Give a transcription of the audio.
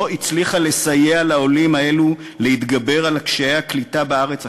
לא הצליחה לסייע לעולים האלו להתגבר על קשיי הקליטה בארץ החדשה,